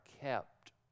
kept